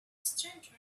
stranger